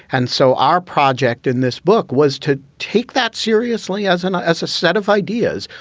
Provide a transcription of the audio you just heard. and so our project in this book was to take that seriously as an as a set of ideas.